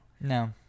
No